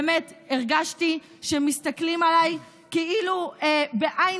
באמת הרגשתי שמסתכלים עליי כאילו בעין